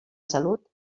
salut